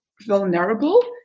vulnerable